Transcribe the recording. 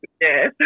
Yes